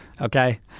okay